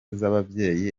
z’ababyeyi